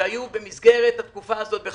שהיו במסגרת התקופה הזאת בחל"ת.